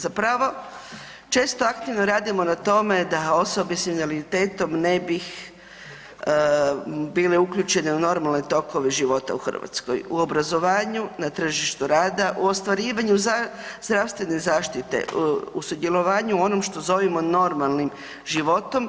Zapravo, često aktivno radimo na tome da osobe sa invaliditetom ne bi bile uključene u normalne tokove života u Hrvatskoj, u obrazovanju, na tržištu rada, u ostvarivanju zdravstvene zaštite, u sudjelovanju u onom što zovemo normalnim životom,